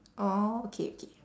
orh okay okay